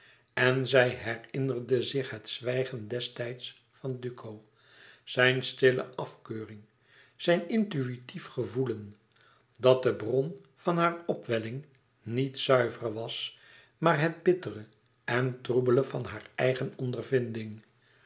en zij herinnerde zich het zwijgen destijds van duco zijn stille afkeuring zijn intuïtief gevoelen dat de bron van hare opwelling niet zuiver was maar het bittere en troebele van haar eigen ondervinding